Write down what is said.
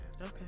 Okay